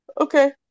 Okay